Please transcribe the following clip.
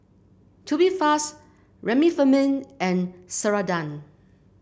Tubifast Remifemin and Ceradan